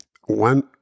one